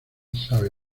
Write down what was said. sabe